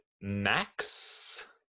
Max